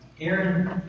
Aaron